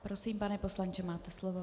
Prosím, pane poslanče, máte slovo.